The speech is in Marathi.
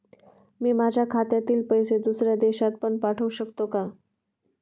मी माझ्या खात्यातील पैसे दुसऱ्या देशात पण पाठवू शकतो का?